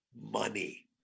money